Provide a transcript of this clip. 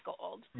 gold